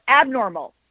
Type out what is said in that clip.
abnormal